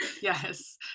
Yes